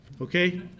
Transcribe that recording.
okay